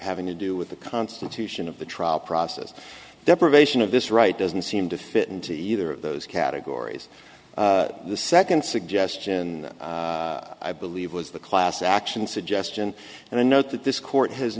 having to do with the constitution of the trial process deprivation of this right doesn't seem to fit into either of those categories the second suggestion i believe was the class action suggestion and i note that this court has